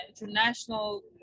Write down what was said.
international